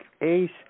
Ace